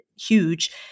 huge